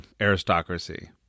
aristocracy